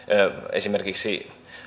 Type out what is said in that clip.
esimerkiksi